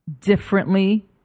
differently